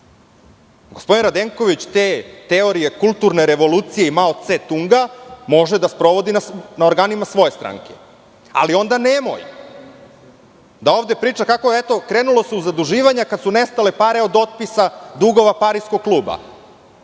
Gospodin Radenković te teorije kulturne revolucije Mao Ce Tunga može da sprovodi na organima svoje stranke, ali onda nemoj da ovde priča kako se eto krenulo u zaduživanja kada su nestale pare od otpisa dugova Pariskog kluba.